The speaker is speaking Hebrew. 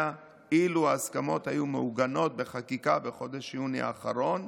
אילו ההסכמות היו מעוגנות בחקיקה בחודש יוני האחרון,